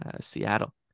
Seattle